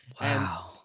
Wow